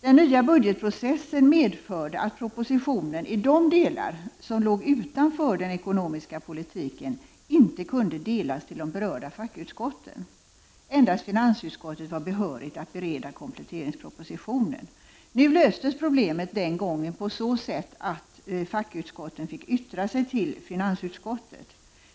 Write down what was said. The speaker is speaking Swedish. Den nya budgetprocessen medförde att propositionen i de delar som låg utanför den ekonomiska politiken inte kunde delas ut till de berörda fackutskotten — endast finansutskottet var behörigt att bereda kompletteringspropositionen. Problemet löstes den gången på så sätt att fackutskotten fick yttra sig till finansutskottet,